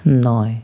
নয়